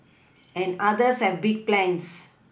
and others have big plans